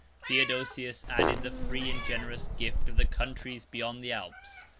theodosius added the free and generous gift of the countries beyond the alps,